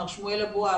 מר שמואל אבואב,